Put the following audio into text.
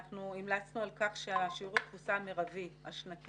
המלצנו על כך ששיעור התפוסה המרבי השנתי